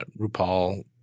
RuPaul